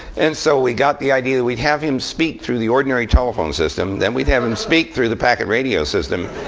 and so we got the idea that we'd have him speak through the ordinary telephone system. then we'd have him speak through the packet radio system.